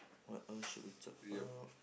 what else should we talk about